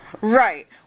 Right